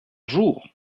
jour